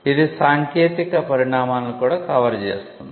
ఇది సాంకేతిక పరిణామాలను కూడా కవర్ చేస్తుంది